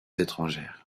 étrangères